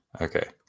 Okay